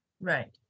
Right